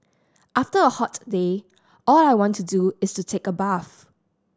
after a hot day all I want to do is to take a bath